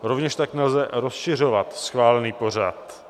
Rovněž tak nelze rozšiřovat schválený pořad.